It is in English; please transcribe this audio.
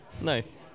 nice